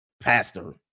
pastor